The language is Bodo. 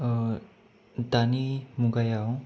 दानि मुगायाव